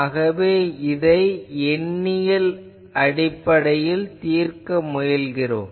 ஆகவே இதை எண்ணியலில் தீர்க்க முயல்கிறோம்